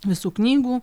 visų knygų